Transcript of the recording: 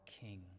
King